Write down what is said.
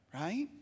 right